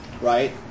right